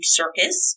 circus